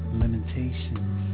limitations